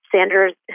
Sanders